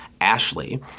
Ashley